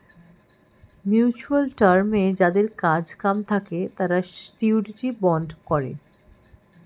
mutual টার্মে যাদের কাজ কাম থাকে তারা শিউরিটি বন্ড করে